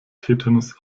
tetanus